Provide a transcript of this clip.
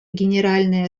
генеральная